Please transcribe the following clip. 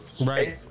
right